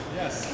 yes